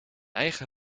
eigen